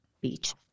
beach